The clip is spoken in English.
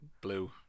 blue